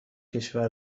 کشور